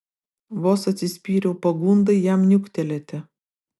vos atsispyriau pagundai jam niuktelėti